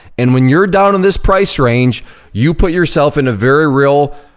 and when you're down in this price range you put yourself in a very real,